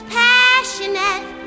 passionate